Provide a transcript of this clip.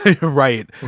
right